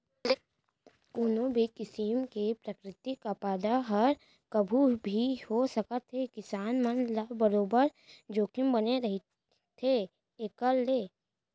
कोनो भी किसिम के प्राकृतिक आपदा हर कभू भी हो सकत हे किसान मन ल बरोबर जोखिम बने रहिथे एखर ले